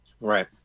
Right